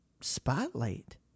spotlight